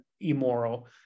immoral